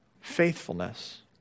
faithfulness